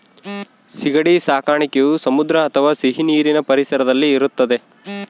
ಸೀಗಡಿ ಸಾಕಣೆಯು ಸಮುದ್ರ ಅಥವಾ ಸಿಹಿನೀರಿನ ಪರಿಸರದಲ್ಲಿ ಇರುತ್ತದೆ